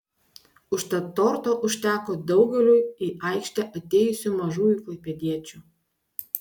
užtat torto užteko daugeliui į aikštę atėjusių mažųjų klaipėdiečių